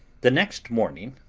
the next morning,